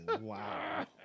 wow